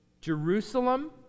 jerusalem